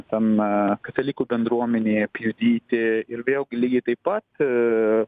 ten katalikų bendruomenėje pjudyti ir vėlgi lygiai taip pat